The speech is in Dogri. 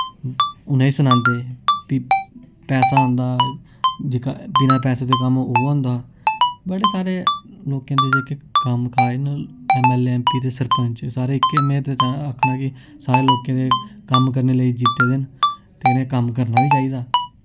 उ'नें सनांदे फ्ही पैसा औंदा जेह्का बिना पैसे दे कम्म ओह् होंदा बड़े सारे लोकें दे जेह्के कम्म काज न ऐम्मऐल्लए ऐम्मपी ते सरपंच सारे इक्कै में ते आखना कि सारे लोकें दे कम्म करने लेई जित्ते दे न ते इ'नें कम्म करना बी चाहिदा